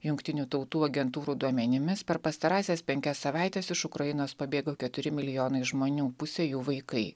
jungtinių tautų agentūrų duomenimis per pastarąsias penkias savaites iš ukrainos pabėgo keturi milijonai žmonių pusė jų vaikai